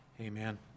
Amen